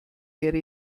wäre